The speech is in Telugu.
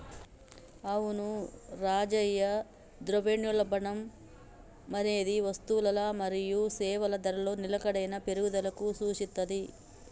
అవును రాజయ్య ద్రవ్యోల్బణం అనేది వస్తువులల మరియు సేవల ధరలలో నిలకడైన పెరుగుదలకు సూచిత్తది